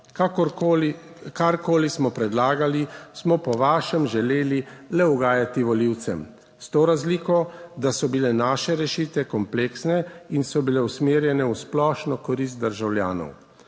Kakorkoli smo predlagali smo po vašem želeli le ugajati volivcem. S to razliko, da so bile naše rešitve kompleksne in so bile usmerjene v splošno korist državljanov.